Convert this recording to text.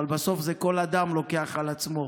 אבל בסוף כל אדם לוקח את זה על עצמו.